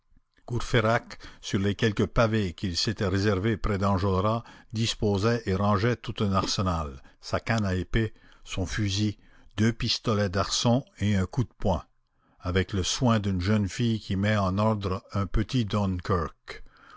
courfeyrac sur les quelques pavés qu'il s'était réservés près d'enjolras disposait et rangeait tout un arsenal sa canne à épée son fusil deux pistolets d'arçon et un coup de poing avec le soin d'une jeune fille qui met en ordre un petit